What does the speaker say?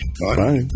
Bye